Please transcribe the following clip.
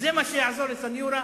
זה מה שיעזור לסניורה?